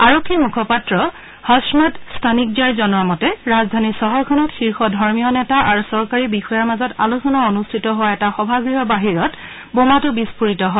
আৰক্ষী মুখপাত্ৰ হছমৎ স্তনিক্জাই জনোৱা মতে ৰাজধানী চহৰখনত শীৰ্ষ ধৰ্মীয় নেতা আৰু চৰকাৰী বিষয়াৰ মাজত আলোচনা অনুষ্ঠিত হোৱা এটা সভাগৃহৰ বাহিৰত বোমাটো বিষ্ফোৰিত হয়